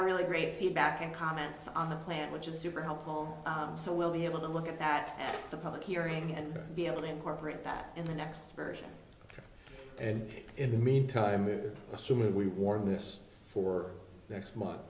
of really great feedback and comments on the plan which is super helpful so we'll be able to look at that the public hearing and be able to incorporate back in the next version and in the meantime it assuming we wore this for next month